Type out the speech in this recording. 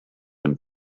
and